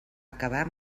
acabar